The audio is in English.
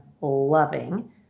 loving